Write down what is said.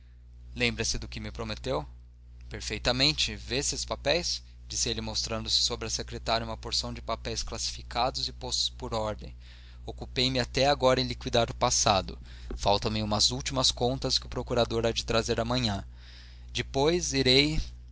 lembra-se do que me prometeu perfeitamente vês estes papéis disse ele mostrando sobre a secretária uma porção de papéis classificados e postos por ordem ocupei me até agora em liquidar o passado faltam se umas últimas contas que o procurador há de trazer amanhã depois irei